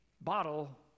bottle